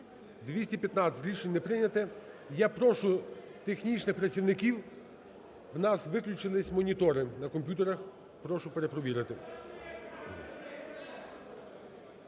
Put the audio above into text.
215. Рішення не прийнято. Я прошу технічних працівників, в нас виключилися монітори на комп'ютерах. Прошу перевірити.